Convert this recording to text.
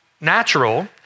natural